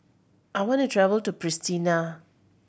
I want to travel to Pristina